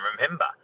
remember